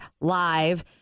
live